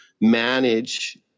manage